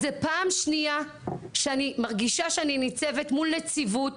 זו פעם שנייה שאני מרגישה שאני ניצבת מול נציבות,